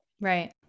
Right